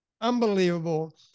unbelievable